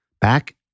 Back